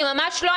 אני ממש לא,